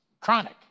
chronic